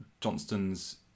Johnston's